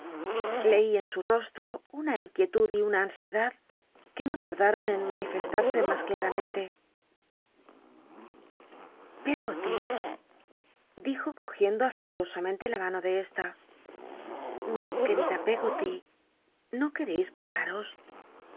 cí en su rostro una imtuietud y una ansiedad que no tardaron cu manirestar'sc mas clnramcntc biblioteca nacional de españa dayid copperfi eld peggoly dijo cogiendo afectuosamente la mano de esta mi querida peggoty no quereis casaros